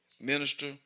minister